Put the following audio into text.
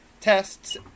tests